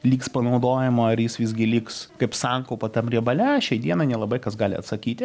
liks panaudojama ar jis visgi liks kaip sankaupa tam riebale šiai dienai nelabai kas gali atsakyti